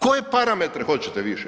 Koje parametre hoćete više?